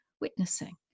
witnessing